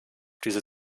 diese